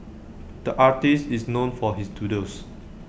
the artist is known for his doodles